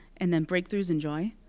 and then breakthroughs in joy.